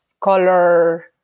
color